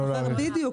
בדיוק.